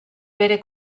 bere